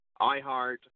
iHeart